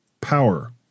power